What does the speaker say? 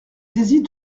saisie